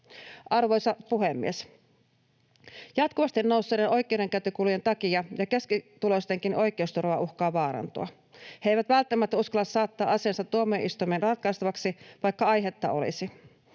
Arvoisa puhemies! Jatkuvasti nousseiden oikeudenkäyntikulujen takia keskituloistenkin oikeusturva uhkaa vaarantua. He eivät välttämättä uskalla saattaa asiaansa tuomioistuimen ratkaistavaksi, vaikka aihetta olisi.